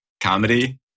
comedy